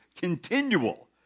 continual